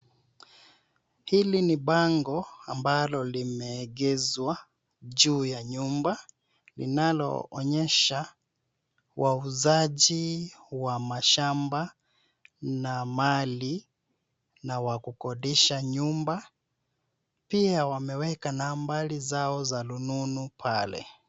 Hili ni bango ambalo limeegeswa juu ya nyumba, linaloonyesha wauzaji wa mashamba na mali na wakukodisha nyumba. Pia wameweka nambari zao za rununu pale.